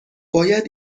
باید